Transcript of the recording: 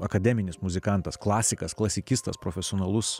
akademinis muzikantas klasikas klasikistas profesionalus